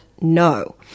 no